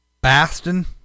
Baston